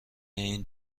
این